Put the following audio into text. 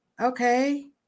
Okay